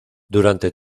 durante